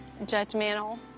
judgmental